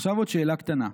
"עכשיו עוד שאלה קטנה.